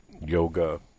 yoga